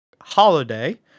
holiday